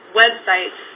websites